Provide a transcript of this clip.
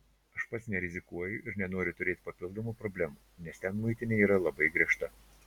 aš pats nerizikuoju ir nenoriu turėti papildomų problemų nes ten muitinė yra labai griežta